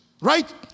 right